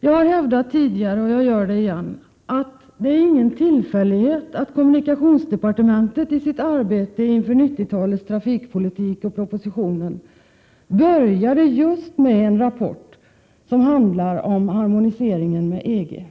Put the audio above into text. Jag har tidigare hävdat, och jag gör det igen, att det inte är någon tillfällighet att kommunikationsdepartementet i sitt arbete inför 90-talets trafikpolitik och i propositionen börjar just med en rapport som handlar om harmoniseringen med EG.